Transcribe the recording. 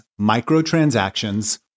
microtransactions